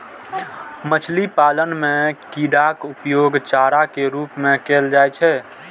मछली पालन मे कीड़ाक उपयोग चारा के रूप मे कैल जाइ छै